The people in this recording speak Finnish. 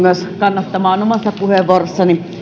kannattamaan omassa puheenvuorossani